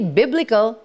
biblical